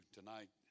tonight